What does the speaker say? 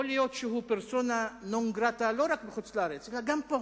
יכול להיות שהוא פרסונה נון גרטה לא רק בחוץ-לארץ אלא גם פה,